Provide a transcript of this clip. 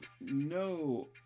no